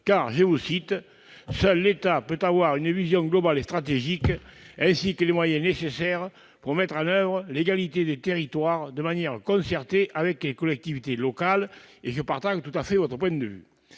nationale, car « seul l'État peut avoir une vision globale et stratégique, ainsi que les moyens nécessaires pour mettre en oeuvre l'égalité des territoires de manière concertée avec les collectivités locales ». Je partage tout à fait votre point de vue.